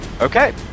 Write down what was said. Okay